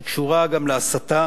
שקשורה גם להסתה